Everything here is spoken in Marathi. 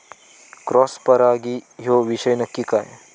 क्रॉस परागी ह्यो विषय नक्की काय?